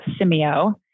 Simeo